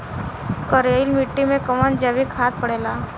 करइल मिट्टी में कवन जैविक खाद पड़ेला?